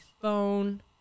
phone